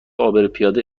عابرپیاده